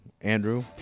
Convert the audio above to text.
Andrew